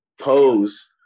pose